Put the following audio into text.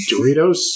Doritos